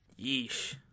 Yeesh